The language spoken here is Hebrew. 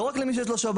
לא רק למי שיש שב"ן,